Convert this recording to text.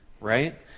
right